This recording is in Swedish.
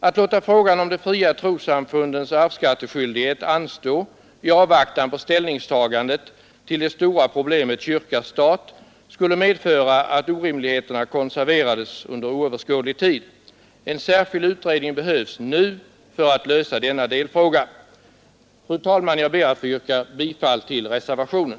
Att låta frågan om de fria trossamfundens arvsskatteskyldighet anstå i avvaktan på ställningstagandet till det stora problemet kyrka—stat skulle medföra att orimligheterna konserverades under oöverskådlig tid. En särskild utredning behövs nu för att lösa denna delfråga. Fru talman! Jag ber att få yrka bifall till reservationen.